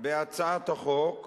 בהצעת החוק,